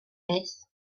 peth